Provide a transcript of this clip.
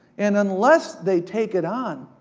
and unless they take it on,